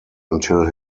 until